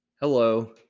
Hello